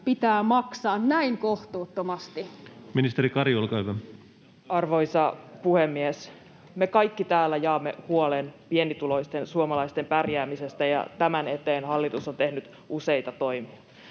(Jouni Kotiaho ps) Time: 16:05 Content: Arvoisa puhemies! Me kaikki täällä jaamme huolen pienituloisten suomalaisten pärjäämisestä, ja tämän eteen hallitus on tehnyt useita toimia.